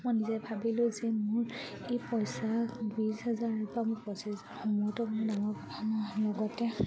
মই নিজে ভাবিলোঁ যে মোৰ এই পইচা বিছ হাজাৰ বা মোৰ পঁচিছ হাজাৰ সমূহত মোৰ ডাঙৰ কথা নহয় লগতে